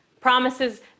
promises